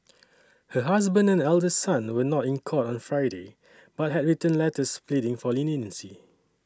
her husband and elder son were not in court on Friday but had written letters pleading for leniency